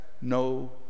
no